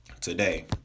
today